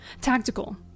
Tactical